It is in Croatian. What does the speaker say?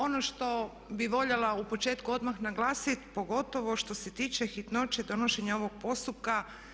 Ono što bih voljela u početku odmah naglasit pogotovo što se tiče hitnoće donošenja ovog postupka.